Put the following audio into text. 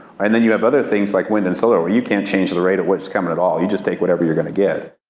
and then you have other things like wind and solar where you can't change the rate of what's coming at all, you just take whatever you're going to get.